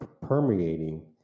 permeating